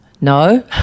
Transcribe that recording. No